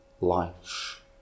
life